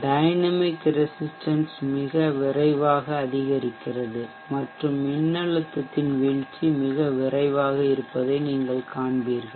dynamic resistance மிக விரைவாக அதிகரிக்கிறது மற்றும் மின்னழுத்தத்தின் வீழ்ச்சி மிக விரைவாக இருப்பதை நீங்கள் காண்பீர்கள்